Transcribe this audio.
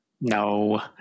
no